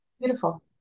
Beautiful